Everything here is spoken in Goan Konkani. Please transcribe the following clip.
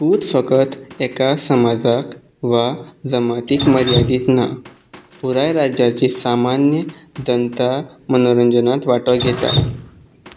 तूंत फकत एका समाजाक वा जमातीक मर्यादीत ना पुराय राज्याची सामान्य जनता मनोरंजनात वांटो घेता